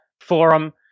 forum